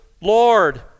Lord